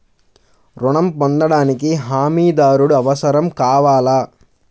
ఋణం పొందటానికి హమీదారుడు అవసరం కావాలా?